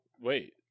Wait